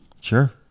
Sure